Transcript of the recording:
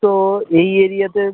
তো এই এরিয়াতে